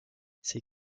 ces